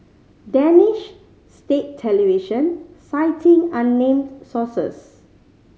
Danish state television citing unnamed sources